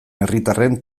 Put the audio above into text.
herritarren